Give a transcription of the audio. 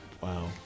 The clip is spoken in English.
Wow